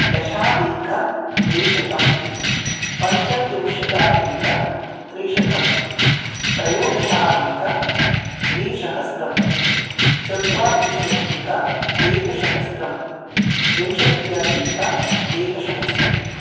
दशाधिकद्विशतं पञ्चत्रिंशदाधिकत्रिशतं त्रयोदशाधिकद्विसहस्रं चत्वारिंशदधिक एकसहस्रं विंशत्यधिक एकसहस्रम्